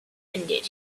ended